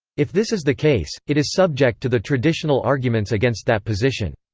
if this is the case, it is subject to the traditional arguments against that position.